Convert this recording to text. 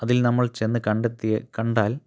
അതിൽ നമ്മൾ ചെന്ന് കണ്ടെത്തിയത് കണ്ടാൽ